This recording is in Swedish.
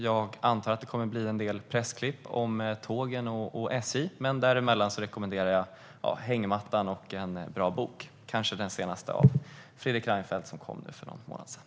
Jag antar att det kommer att bli en del pressklipp om tågen och SJ. Däremellan rekommenderar jag hängmattan och en bra bok, kanske den senaste av Fredrik Reinfeldt som kom nu för någon månad sedan.